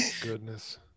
goodness